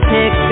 Pick